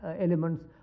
elements